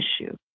issue